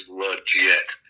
legit